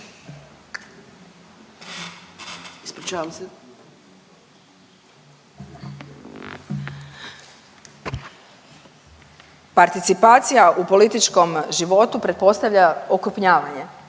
Participacija u političkom životu pretpostavlja okrupnjavanje,